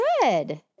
good